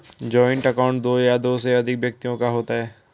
joint account दो या दो से अधिक व्यक्तियों का होता है